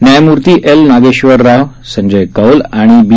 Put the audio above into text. न्यायमूर्ती एल नागेश्वरराव संजय कौल आणि बी